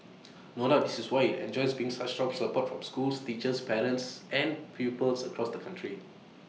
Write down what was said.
no doubt this is why IT enjoys been such strong support from schools teachers parents and pupils across the country